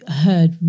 heard